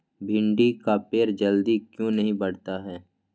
भिंडी का पेड़ जल्दी क्यों नहीं बढ़ता हैं?